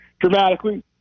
dramatically